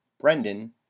brendan